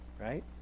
Right